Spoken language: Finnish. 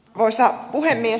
arvoisa puhemies